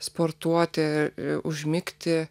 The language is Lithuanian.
sportuoti užmigti